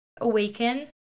Awaken